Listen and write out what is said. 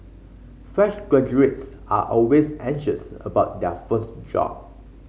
fresh graduates are always anxious about their first job